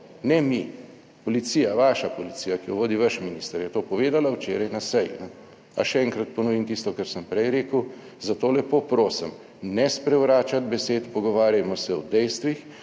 ne mi, policija, vaša policija, ki jo vodi vaš minister je to povedala včeraj na seji. A še enkrat ponovim tisto kar sem prej rekel. Zato lepo prosim, ne sprevračati besed, pogovarjajmo se o dejstvih